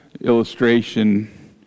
illustration